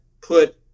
put